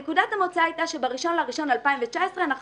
נקודת המוצא הייתה שב-1 בינואר 2019 אנחנו